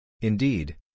Indeed